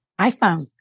iPhone